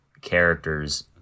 characters